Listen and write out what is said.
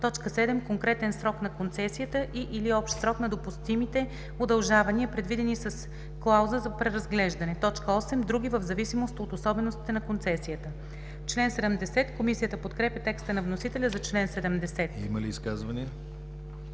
7. конкретен срок на концесията и/или общ срок на допустимите удължавания, предвидени с клауза за преразглеждане; 8. други, в зависимост от особеностите на концесията.“ Комисията подкрепя текста на вносителя за чл. 70. ПРЕДСЕДАТЕЛ